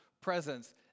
presence